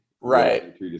right